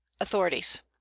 Authorities